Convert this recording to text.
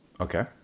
Okay